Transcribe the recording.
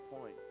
point